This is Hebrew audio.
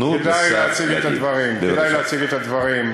איזה שלטון?